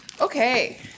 Okay